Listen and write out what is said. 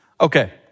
Okay